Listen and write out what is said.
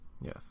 Yes